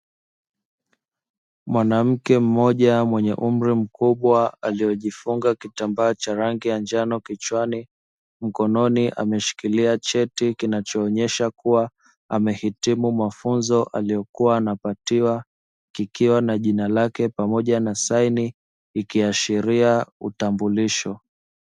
Mwanamke mmoja mwenye umri mkubwa aliejifunga kitambaa cha rangi ya njano kichwani, mkononi ameshikilia cheti kinachoonyesha kuwa amehitimu mafunzo aliyokuwa anapatiwa, kikiwa na jina lake pamoja na saini ikiashiria utambulisho.